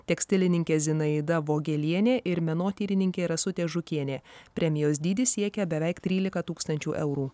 tekstilininkė zinaida vogėlienė ir menotyrininkė rasutė žukienė premijos dydis siekia beveik trylika tūkstančių eurų